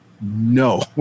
no